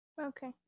Okay